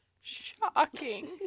shocking